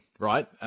Right